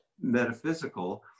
metaphysical